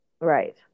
Right